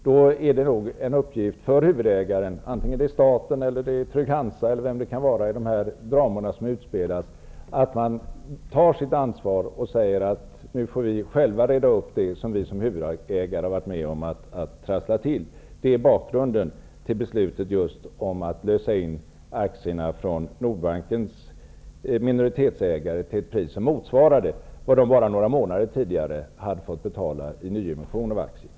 Därför är det nog en uppgift för huvudägarna -- vare sig det är staten, Trygg-Hansa eller vem det kan vara, i de dramer som utspelas -- att ta sitt ansvar och säga att de själva får reda upp det som de har varit med om att trassla till. Det är bakgrunden till beslutet att lösa in aktierna från Nordbankens minoritetsägare till ett pris som motsvarar det som de bara några månader tidigare hade betalat i nyemission av aktier.